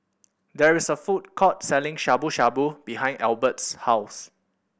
there is a food court selling Shabu Shabu behind Albert's house